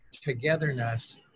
togetherness